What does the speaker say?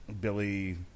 Billy